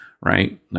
right